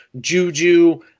Juju